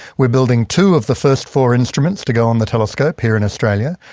we're building two of the first four instruments to go on the telescope here in australia.